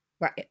right